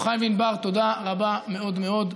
יוחאי וענבר תודה רבה מאוד מאוד.